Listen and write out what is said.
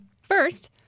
First